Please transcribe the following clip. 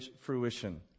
fruition